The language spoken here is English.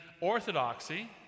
orthodoxy